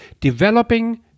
developing